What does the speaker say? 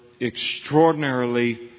extraordinarily